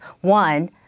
one